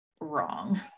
wrong